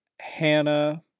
Hannah